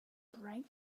break